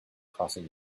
crossing